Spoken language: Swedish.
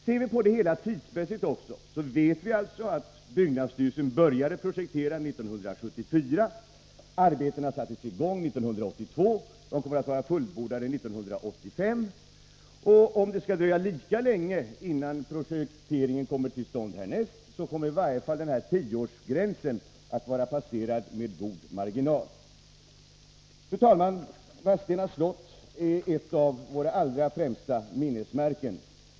Ser vi på det hela tidsmässigt, vet vi att byggnadsstyrelsen började projektera 1974. Arbetena sattes i gång 1982 och kommer att vara fullbordade 1985. Om det skulle dröja lika länge innan projekteringen kommer till stånd härnäst, så kommer i varje fall den där tioårsgränsen att vara passerad med god marginal. Fru talman! Vadstena slott är ett av våra allra främsta minnesmärken.